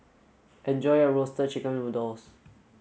enjoy your roasted chicken noodle